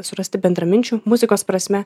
surasti bendraminčių muzikos prasme